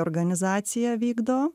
organizacija vykdo